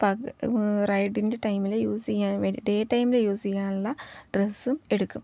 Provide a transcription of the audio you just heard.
റൈഡിൻ്റെ ടൈമില് യൂസ് ചെയ്യാൻ വേണ്ടി ഡേ ടൈമിൽ യൂസ് ചെയ്യാനുള്ള ഡ്രസ്സും എടുക്കും